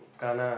kana